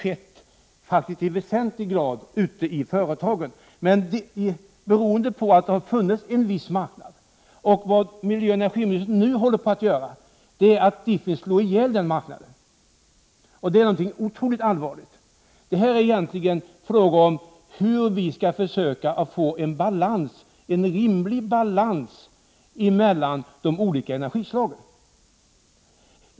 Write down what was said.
Detta har faktiskt skett i väsentlig grad ute i företagen, beroende på att det funnits en viss marknad. Vad miljöoch energiministern nu håller på att göra är att slå igen den marknaden. Det är någonting otroligt allvarligt. Det här är egentligen fråga om hur vi skall försöka få en rimlig balans mellan de olika energislagen.